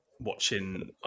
watching